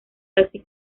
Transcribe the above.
taxi